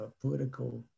political